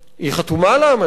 היא חתומה על האמנה הזאת,